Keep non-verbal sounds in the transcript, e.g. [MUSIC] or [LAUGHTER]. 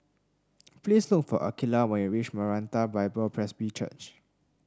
[NOISE] please look for Akeelah when you reach Maranatha Bible Presby Church